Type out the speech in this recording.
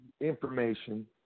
information